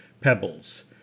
pebbles